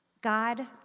God